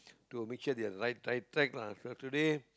to make sure they are right track lah so today